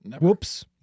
whoops